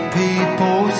people